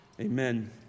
amen